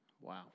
Wow